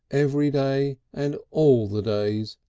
every day and all the days,